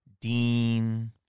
Dean